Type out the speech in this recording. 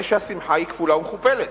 הרי שהשמחה היא כפולה ומכופלת.